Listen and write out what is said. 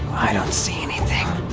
i don't see anything.